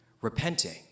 repenting